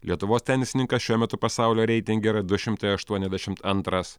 lietuvos tenisininkas šiuo metu pasaulio reitinge yra du šimtai aštuoniasdešimt antras